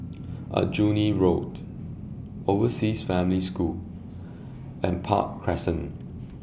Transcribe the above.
Aljunied Road Overseas Family School and Park Crescent